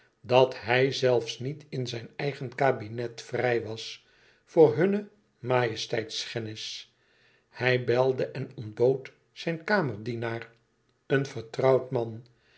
dat hij zelfs niet in zijn eigen kabinet vrij was voor hunne majesteitschennis hij belde en ontbood zijn kamerdienaar een vertrouwd man